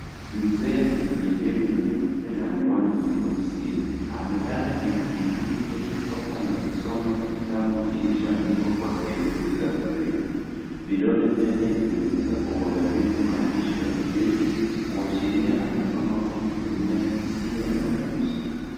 Mzee mwenye ndevu nyeupe na miwani meusi amelala kifudifudi kwenye sofa na kusoma kitabu kilichoandikwa kwa herufi za brelli vidole vyake vimegusa kwa uangalifu maandishi ya brelli kuashiria anasoma kwa hisia ya mguso.